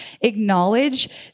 acknowledge